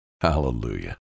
Hallelujah